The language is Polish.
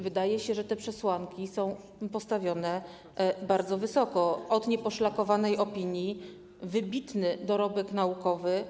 Wydaje się, że te przesłanki są im postawione bardzo wysoko: od nieposzlakowanej opinii, wybitny dorobek naukowy.